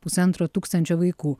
pusantro tūkstančio vaikų